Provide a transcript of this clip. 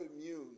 immune